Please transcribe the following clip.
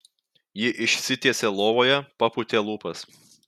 ji išsitiesė lovoje papūtė lūpas